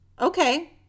Okay